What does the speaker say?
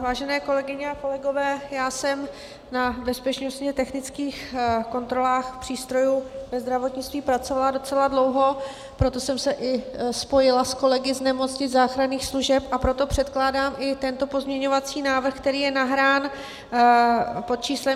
Vážené kolegyně a kolegové, já jsem na bezpečnostně technických kontrolách přístrojů ve zdravotnictví pracovala docela dlouho, proto jsem se i spojila s kolegy z nemocnic, záchranných služeb, a proto předkládám i tento pozměňovací návrh, který je nahrán pod číslem 6630.